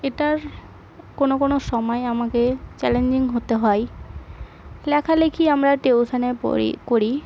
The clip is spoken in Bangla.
এটার কোনো কোনো সময় আমাকে চ্যালেঞ্জিং হতে হয় লেখালেখি আমরা টিউশানে পড়ি করি